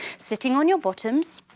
sitting on your bottoms,